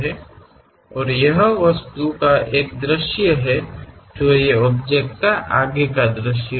ಮತ್ತು ಇದು ಆ ವಸ್ತುವಿನ ಒಂದು ಮುಂಭಾಗದ ನೋಟ